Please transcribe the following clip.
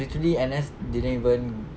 literally N_S didn't even